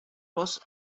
was